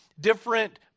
different